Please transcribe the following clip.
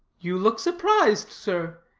you look surprised, sir.